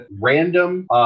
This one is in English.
random